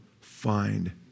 find